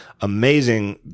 amazing